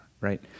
right